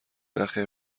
نخیر